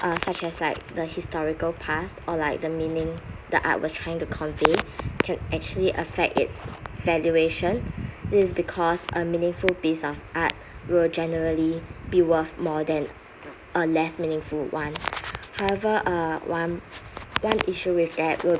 uh such as like the historical past or like the meaning the art was trying to convey can actually affect its valuation this is because a meaningful piece of art will generally be worth more than a less meaningful one however uh one one issue with that wo~